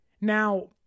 Now